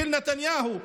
של נתניהו,